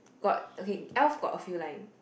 got okay Elf got a few line